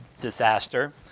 disaster